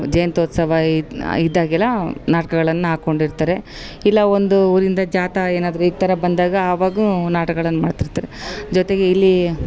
ಜಯಂತೋತ್ಸವ ಇದು ಇದ್ದಾಗೆಲ್ಲ ನಾಟಕಗಳನ್ನ ಹಾಕೊಂಡಿರ್ತಾರೆ ಇಲ್ಲ ಒಂದು ಊರಿಂದ ಜಾತಾ ಏನಾದ್ರು ಈ ಥರ ಬಂದಾಗ ಆವಾಗೂ ನಾಟಕೈಳನ್ ಮಾಡ್ತಿರ್ತಾರೆ ಜೊತೆಗೆ ಇಲ್ಲೀ